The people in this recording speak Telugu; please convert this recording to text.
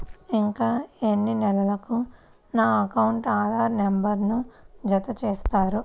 ఇంకా ఎన్ని నెలలక నా అకౌంట్కు ఆధార్ నంబర్ను జత చేస్తారు?